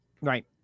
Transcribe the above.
Right